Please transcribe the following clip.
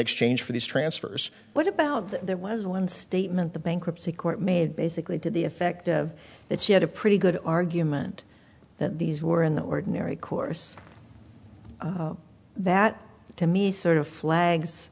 exchange for these transfers what about that there was one statement the bankruptcy court made basically to the effect of that she had a pretty good argument that these were in the ordinary course that to me sort of flags